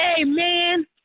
Amen